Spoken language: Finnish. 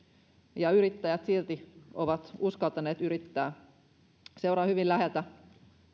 ja yrittäjät silti ovat uskaltaneet yrittää seuraan hyvin läheltä